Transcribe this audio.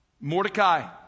Mordecai